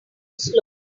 slow